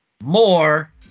more